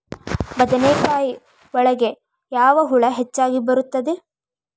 ಬದನೆಕಾಯಿ ಒಳಗೆ ಯಾವ ಹುಳ ಹೆಚ್ಚಾಗಿ ಬರುತ್ತದೆ?